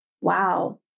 wow